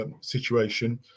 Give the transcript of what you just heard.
situation